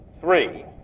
three